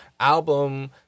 album